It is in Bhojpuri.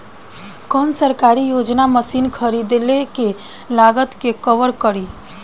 कौन सरकारी योजना मशीन खरीदले के लागत के कवर करीं?